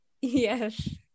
Yes